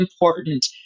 important